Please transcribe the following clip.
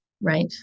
Right